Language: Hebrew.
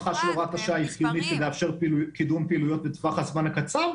חיונית כדי לאפשר קידום פעילויות בטווח הזמן הקצר,